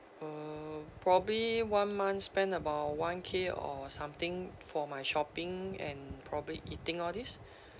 uh probably one month spend about one K or something for my shopping and probably eating all these